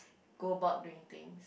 go about doing things